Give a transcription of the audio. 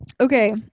Okay